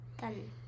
done